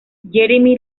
jeremy